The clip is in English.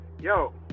yo